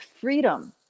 freedom